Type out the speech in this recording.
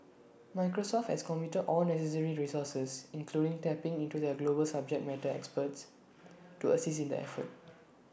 Microsoft has committed all necessary resources including tapping into their global subject matter experts to assist in the effort